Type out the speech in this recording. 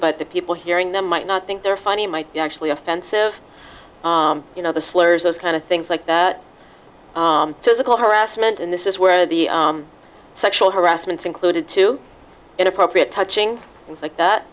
but the people hearing them might not think they're funny might be actually offensive you know the slurs those kind of things like physical harassment and this is where the sexual harassment included to inappropriate touching things like that